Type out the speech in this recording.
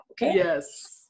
yes